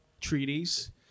treaties